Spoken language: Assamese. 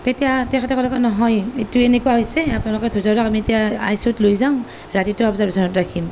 তেতিয়া তেখেতে ক'লে নহয় এইটো এনেকুৱা হৈছে আপোনালোকে ধৈৰ্য ধৰক আমি এতিয়া আই চি ইউত লৈ যাম ৰাতিটো অবজাৰভেশ্বনত ৰাখিম